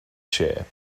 share